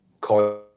call